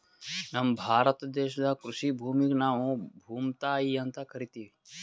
ನಮ್ ಭಾರತ ದೇಶದಾಗ್ ಕೃಷಿ ಭೂಮಿಗ್ ನಾವ್ ಭೂಮ್ತಾಯಿ ಅಂತಾ ಕರಿತಿವ್